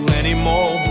anymore